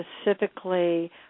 specifically